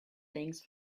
things